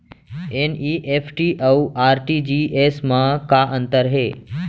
NEFT अऊ RTGS मा का अंतर हे?